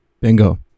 Bingo